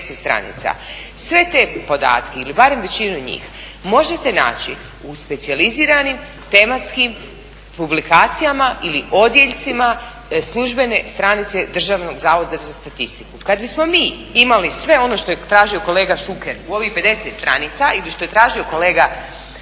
stranica, sve te podatke ili barem većinu njih možete naći u specijaliziranim, tematskim publikacijama ili odjeljcima službene stranice Državnog zavoda za statistiku. Kad bismo mi imali sve ono što je tražio kolega Šuker u ovih 50 stranica ili što je tražio kolega